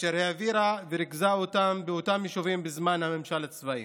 אשר העבירה וריכזה אותם באותם יישובים בזמן הממשל הצבאי.